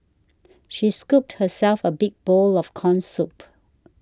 she scooped herself a big bowl of Corn Soup